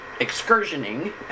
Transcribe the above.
excursioning